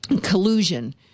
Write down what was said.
collusion